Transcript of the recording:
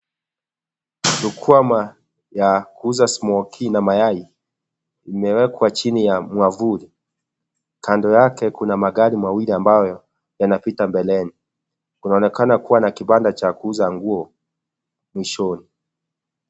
Rukwama ya kuuza smokie na mayai imewekwa chini ya mwavuli kando yake kuna magari mawili ambayo yanapita mbeleni, kunaonekana kuwa na kibanda cha kuuza nguo mwishoni.